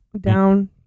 down